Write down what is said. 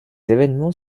événements